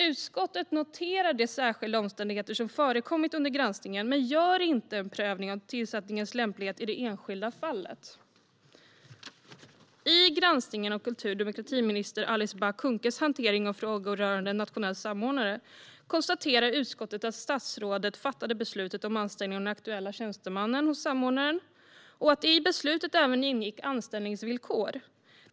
Utskottet noterar de särskilda omständigheter som förekommit under granskningen, men gör inte en prövning av tillsättningens lämplighet i det enskilda fallet. I granskningen av kultur och demokratiminister Alice Bah Kuhnkes hantering av frågor rörande en nationell samordnare konstaterar utskottet att statsrådet fattade beslutet om anställning av den aktuella tjänstemannen hos samordnaren och att det i beslutet även ingick anställningsvillkor.